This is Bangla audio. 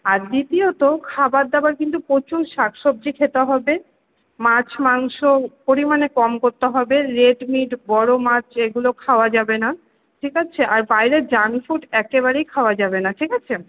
আর দ্বিতীয়ত খাবার দাবার কিন্তু প্রচুর শাক সবজি খেতে হবে মাছ মাংস পরিমাণে কম করতে হবে রেড মিট বড় মাছ এগুলো খাওয়া যাবে না ঠিক আছে আর বাইরের জাঙ্ক ফুড একেবারেই খাওয়া যাবে না ঠিক আছে